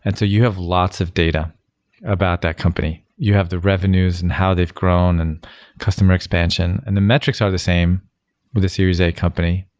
and so you have lots of data about that company. you have the revenues and how they've grown and customer expansion, and the metrics are the same with a series a company,